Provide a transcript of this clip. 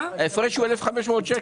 ההפרש הוא 1,500 שקלים.